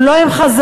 הוא לא עם חזון,